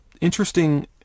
interesting